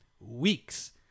Weeks